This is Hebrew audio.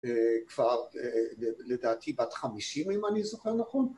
כבר לדעתי בת חמישים אם אני זוכר נכון